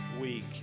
week